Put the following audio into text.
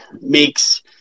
makes